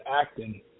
acting